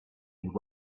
and